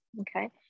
okay